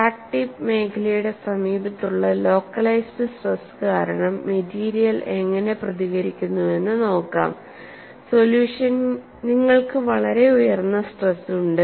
crack tip മേഖലയുടെ സമീപത്തുള്ള localised stress കാരണം മെറ്റീരിയൽ എങ്ങനെ പ്രതികരിക്കുന്നുവെന്ന് നോക്കാം നിങ്ങൾക്ക് വളരെ ഉയർന്ന സ്ട്രെസ് ഉണ്ട്